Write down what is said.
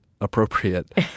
appropriate